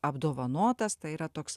apdovanotas tai yra toks